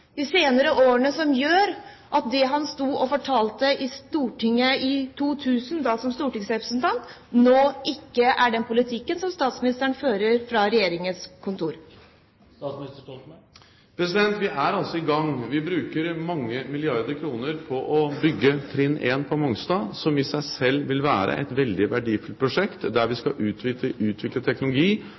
han sto og fortalte i Stortinget i 2000 – da som stortingsrepresentant – ikke er den politikken som statsministeren nå fører fra Regjeringens kontor? Vi er altså i gang. Vi bruker mange milliarder kroner på å bygge trinn 1 på Mongstad, som i seg selv vil være et veldig verdifullt prosjekt der vi skal utvikle teknologi